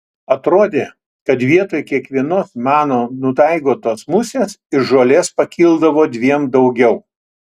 atrodė kad vietoj kiekvienos mano nudaigotos musės iš žolės pakildavo dviem daugiau